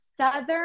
Southern